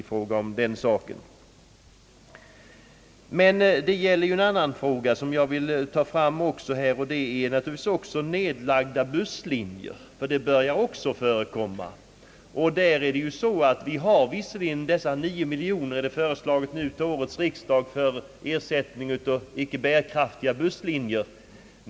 Jag vill i detta sammanhang ta upp en annan fråga, nämligen indragningen av busslinjer, en företeelse som börjar bli vanlig. Till årets riksdag har visserligen föreslagits 9 miljoner kronor till ersättning åt icke bärkraftiga busslinjer.